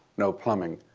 no plumbing,